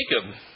Jacob